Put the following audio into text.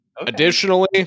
Additionally